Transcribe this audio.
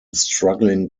struggling